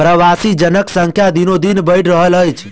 प्रवासी जनक संख्या दिनोदिन बढ़ि रहल अछि